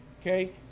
Okay